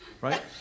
right